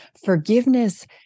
Forgiveness